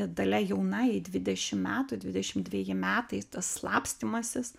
dalia jauna jai dvidešim metų dvidešim dveji metai tas slapstymasis